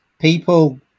people